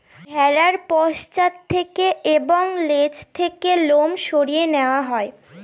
ভেড়ার পশ্চাৎ থেকে এবং লেজ থেকে লোম সরিয়ে নেওয়া হয়